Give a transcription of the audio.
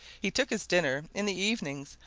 he took his dinner in the evenings,